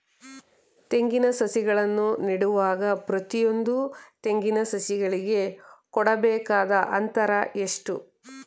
ತೆಂಗಿನ ಸಸಿಗಳನ್ನು ನೆಡುವಾಗ ಪ್ರತಿಯೊಂದು ತೆಂಗಿನ ಸಸಿಗಳಿಗೆ ಕೊಡಬೇಕಾದ ಅಂತರ ಎಷ್ಟು?